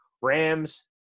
Rams